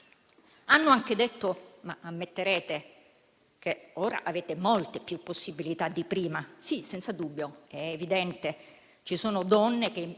Hanno anche detto: ammetterete che ora avete molte più possibilità di prima. Sì, senza dubbio, è evidente: ci sono donne che